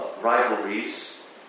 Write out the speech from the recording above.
rivalries